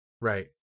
Right